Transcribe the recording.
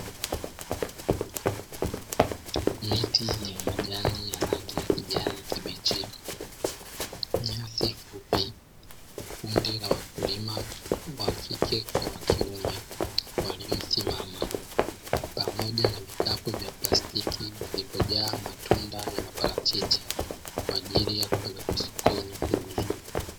Miti yenye majani ya rangi ya kijani kibichi, nyasi fupi, kundi la wakulima wa kike kwa wa kiume waliosimama, pamoja na vikapu vya plastiki vilivyojaa matunda ya parachichi, kwa ajili ya kupelekwa sokoni kuuzwa.